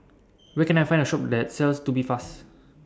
Where Can I Find A Shop that sells Tubifast